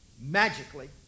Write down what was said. magically